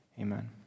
Amen